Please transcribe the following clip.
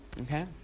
Okay